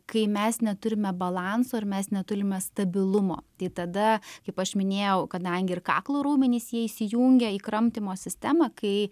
kai mes neturime balanso ir mes neturime stabilumo tai tada kaip aš minėjau kadangi ir kaklo raumenys jie įsijungia į kramtymo sistemą kai